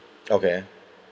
okay